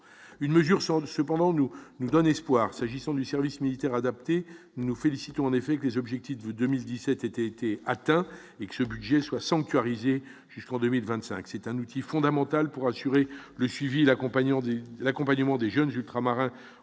une mesure sans cependant nous nous donne espoir s'agissant du service militaire adapté, nous nous félicitons en effet que les objectifs de 2017 était était atteint et que ce budget soit sanctuarisé jusqu'en 2025, c'est un outil fondamental pour assurer le suivi l'accompagnant dès l'accompagnement des jeunes ultramarins